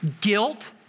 Guilt